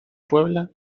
puebla